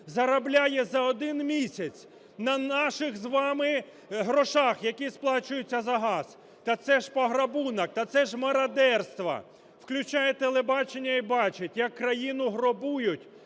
заробляє за один місяць на наших з вами грошах, які сплачуються за газ. Та це ж пограбунок. Та це ж мародерство. Включають телебачення - і бачать, як країну грабують